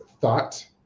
thought